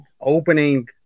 opening